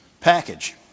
package